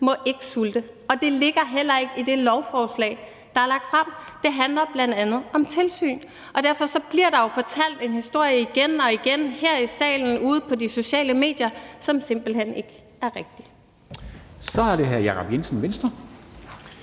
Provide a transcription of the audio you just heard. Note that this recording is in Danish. må ikke sulte, og det ligger heller ikke i det lovforslag, der er lagt frem. Det handler bl.a. om tilsyn. Og derfor bliver der jo fortalt en historie igen og igen her i salen og ude på de sociale medier, som simpelt hen ikke er rigtig.